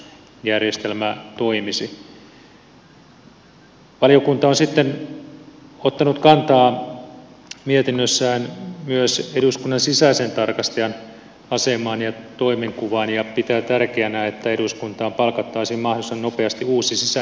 valiokunta on sitten ottanut kantaa mietinnössään myös eduskunnan sisäisen tarkastajan asemaan ja toimenkuvaan ja pitää tärkeänä että eduskuntaan palkattaisiin mahdollisimman nopeasti uusi sisäinen tarkastaja